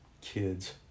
kids